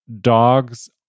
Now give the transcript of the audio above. dogs